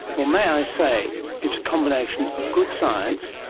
well, may i say it's a combination of good science,